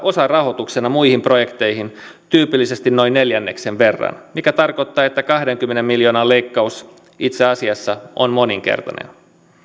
osarahoituksena muihin projekteihin tyypillisesti noin neljänneksen verran mikä tarkoittaa että kahdenkymmenen miljoonan leikkaus itse asiassa on moninkertainen